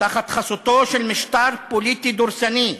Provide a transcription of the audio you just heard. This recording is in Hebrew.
תחת חסותו של משטר פוליטי דורסני,